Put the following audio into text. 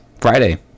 Friday